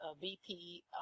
VP